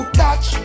touch